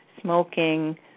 smoking